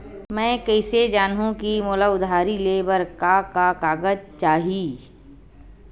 मैं कइसे जानहुँ कि मोला उधारी ले बर का का कागज चाही?